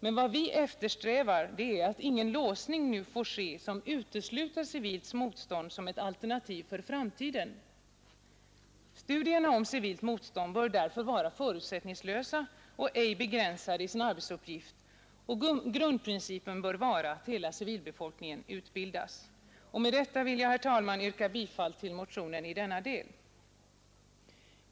Men vad vi eftersträvar är att ingen låsning nu får ske som utesluter civilt motstånd som ett alternativ för framtiden. Studierna om civilt motstånd bör därför vara förutsättningslösa och inte begränsade i sina arbetsuppgifter, och grundprincipen bör vara att hela civilbefolkningen utbildas. Med detta vill jag, herr talman, yrka bifall till motionen i denna del.